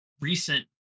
recent